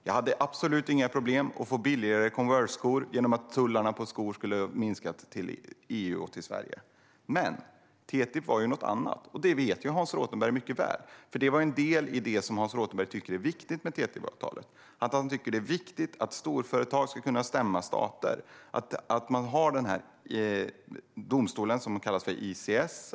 Jag hade absolut inte haft några problem med att få billigare Converse-skor genom att tullarna på skor hade minskat till EU och Sverige. Men TTIP var någonting annat. Det vet Hans Rothenberg mycket väl, för det är en del i det som Hans Rothenberg tycker är viktigt med TTIP-avtalet. Han tycker att det är viktigt att storföretag ska kunna stämma stater, att man har den här domstolen som nu kallas ICS.